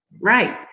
Right